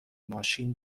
ماشین